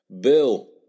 Bill